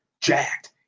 jacked